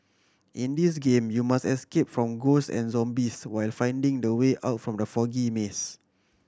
in this game you must escape from ghosts and zombies while finding the way out from the foggy maze